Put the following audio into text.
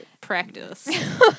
practice